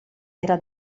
era